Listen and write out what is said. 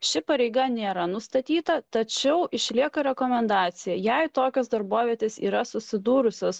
ši pareiga nėra nustatyta tačiau išlieka rekomendacija jei tokios darbovietės yra susidūrusios